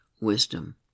wisdom